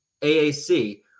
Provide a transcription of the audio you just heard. AAC